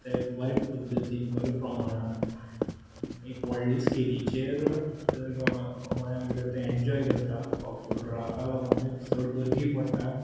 ते बरें पद्दतीन बरें प्रमाणान एक व्हडले स्केलीचेर गोंया भितरा ते एन्जॉय करता उर्राका लागुनूच चड गर्दी पडटा